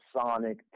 sonic